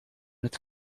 met